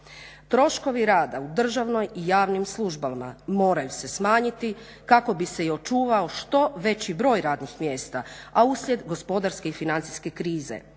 Troškovi rada u državnoj i javnim službama moraju se smanjiti kako bi se i očuvao što veći broj radnih mjesta, a uslijed gospodarske i financijske krize.